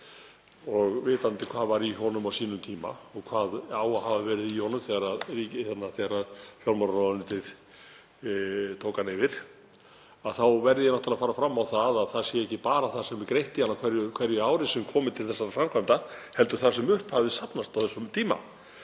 og vitandi hvað var í honum á sínum tíma og hvað á að hafa verið í honum þegar fjármálaráðuneytið tók hann yfir þá verð ég að fara fram á að það verði ekki bara það sem greitt er í hann á hverju ári sem komi til þessara framkvæmda heldur einnig það sem upp hafði safnast á þessum tíma.